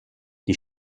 die